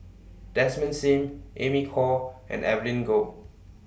Desmond SIM Amy Khor and Evelyn Goh